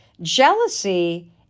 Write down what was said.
Jealousy